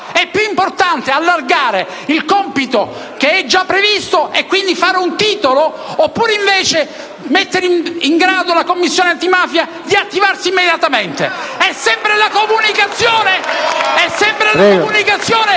è più importante allargare il compito che è già previsto, e quindi fare un titolo, oppure mettere in grado la Commissione antimafia di attivarsi immediatamente? *(Applausi